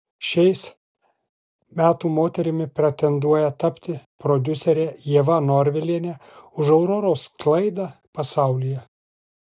šiais metų moterimi pretenduoja tapti prodiuserė ieva norvilienė už auroros sklaidą pasaulyje